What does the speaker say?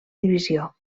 divisió